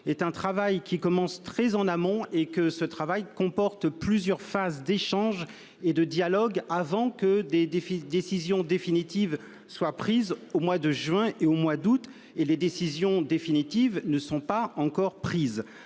est un travail qui commence très en amont. Il comporte plusieurs phases d'échange et de dialogue avant que des décisions définitives ne soient prises au mois de juin et au mois d'août. À l'heure actuelle, les décisions définitives ne sont donc pas encore prises.